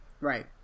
right